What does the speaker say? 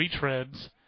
retreads